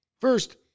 First